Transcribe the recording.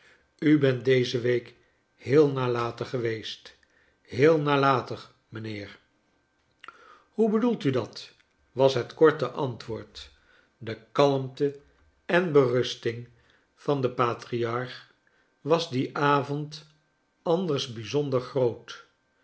u bent deze week heel nalatig geweest heel nalatig mijnheer hoe bedoelt u dat was het korte antwoord de kalmte en berusting van den patriarch was dien avond anders bijzonder groot